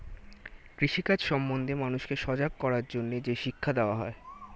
কৃষি কাজ সম্বন্ধে মানুষকে সজাগ করার জন্যে যে শিক্ষা দেওয়া হয়